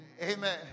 amen